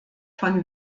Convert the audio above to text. von